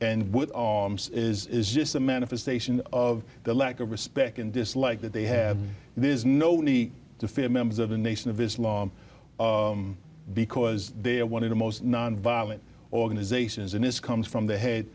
with arms is just a manifestation of the lack of respect and dislike that they have there's no need to fear members of the nation of islam because they are one of the most nonviolent organizations and this comes from the head